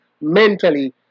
Mentally